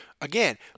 Again